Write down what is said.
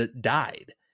died